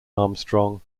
armstrong